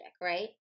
right